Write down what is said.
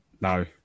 no